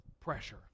pressure